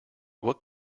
what